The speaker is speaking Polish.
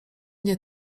nie